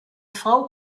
frau